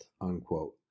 unquote